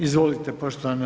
Izvolite poštovana